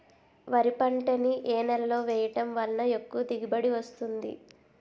వరి పంట ని ఏ నేలలో వేయటం వలన ఎక్కువ దిగుబడి వస్తుంది?